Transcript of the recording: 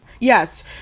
Yes